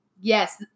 Yes